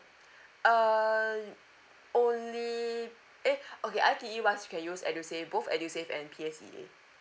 uh only eh okay I_T_E wise you can use edusave both edusave and P_S_E_A